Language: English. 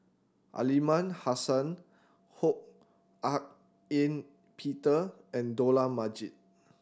Aliman Hassan Ho Hak Ean Peter and Dollah Majid